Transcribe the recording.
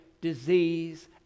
disease